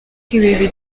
ibi